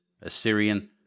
Assyrian